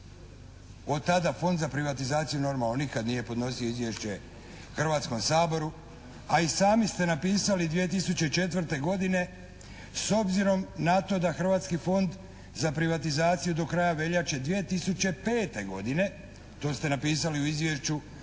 Od tada Fond za privatizaciju, normalno nikad nije podnosio izvješće Hrvatskom saboru, a i sami ste napisali 2004. godine: «S obzirom na to da Hrvatski fond za privatizaciju do kraja veljače 2005. godine», to ste napisali u izvješću 2004.